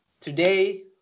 today